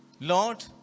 Lord